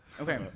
Okay